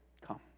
come